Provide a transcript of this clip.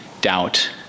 doubt